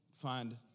find